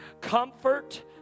comfort